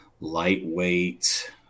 lightweight